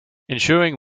ensuing